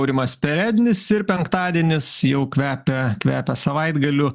aurimas perednis ir penktadienis jau kvepia kvepia savaitgaliu